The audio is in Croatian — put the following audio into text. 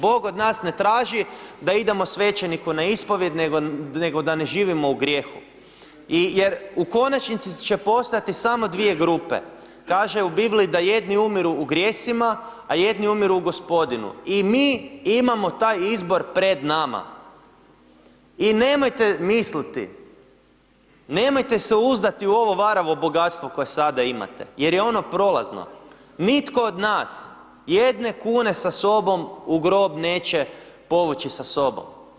Bog od nas ne traži da idemo svećeniku na ispovijed, nego da ne živimo u grijehu jer u konačnici će postojati samo dvije grupe, kaže u Bibliji da jedni umiru u grijesima, a jedni umiru u Gospodinu i mi imamo taj izbor pred nama i nemojte misliti i nemojte se uzdati u ovo varavo bogatstvo koje sada imate jer je ono prolazno, nitko od nas jedne kune sa sobom u grob neće povući sa sobom.